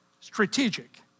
strategic